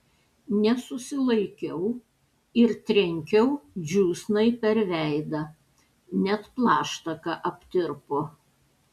nesusilaikiau ir trenkiau džiūsnai per veidą net plaštaka aptirpo